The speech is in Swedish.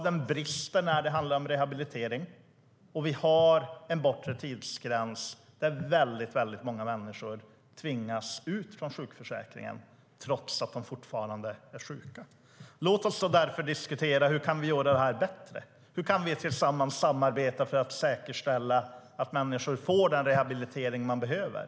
Den brister när det handlar om rehabilitering, och vi har en bortre tidsgräns där väldigt många människor tvingas ut från sjukförsäkringen trots att de fortfarande är sjuka. Låt oss därför diskutera hur vi kan göra detta bättre. Hur kan vi samarbeta för att säkerställa att människor får den rehabilitering de behöver?